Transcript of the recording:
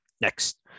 Next